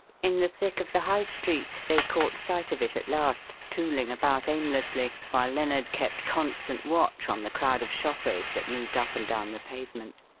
in the thick of the high street they caught sight of it at last, tooling about aimlessly, while lennard kept constant watch on the crowd of shoppers that moved up and down the pavement.